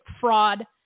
fraud